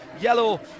yellow